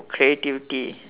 creativity